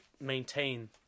maintain